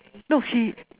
no she